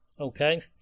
Okay